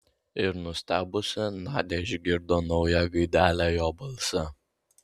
ir nustebusi nadia išgirdo naują gaidelę jo balse